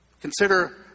Consider